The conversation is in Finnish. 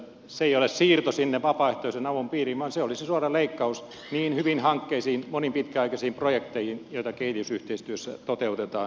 se ei ole siirto sinne vapaaehtoisen avun piiriin vaan se olisi suora leikkaus niihin hyviin hankkeisiin moniin pitkäaikaisiin projekteihin joita kehitysyhteistyössä toteutetaan